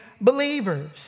believers